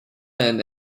and